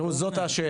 תראו זו השאלה,